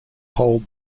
hold